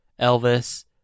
Elvis